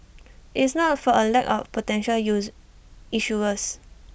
it's not for A lack of potential use issuers